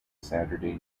saturday